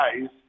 guys